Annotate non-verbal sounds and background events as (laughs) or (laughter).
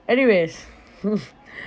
anyways (laughs)